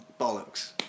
bollocks